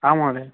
आं महोदय